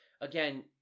Again